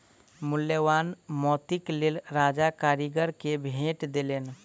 मूल्यवान मोतीक लेल राजा कारीगर के भेट देलैन